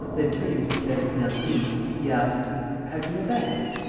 then turning to clarisse mergy, he asked have you a bag?